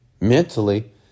mentally